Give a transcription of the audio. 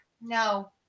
No